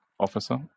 officer